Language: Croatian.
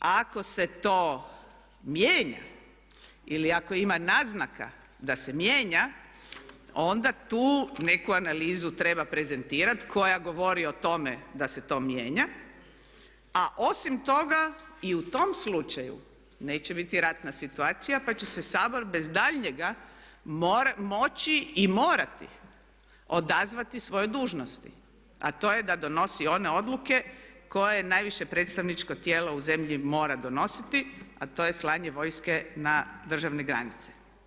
Ako se to mijenja ili ako ima naznaka da se mijenja onda tu neku analizu treba prezentirati koja govori o tome da se to mijenja a osim toga i u tom slučaju neće biti ratna situacija pa će se Sabor bez daljnjega moći i morati odazvati svojoj dužnosti a to je da donosi one odluke koje najviše predstavničko tijelo u zemlji mora donositi a to je slanje vojske na državne granice.